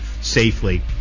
safely